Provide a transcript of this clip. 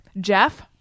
Jeff